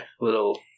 little